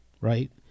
right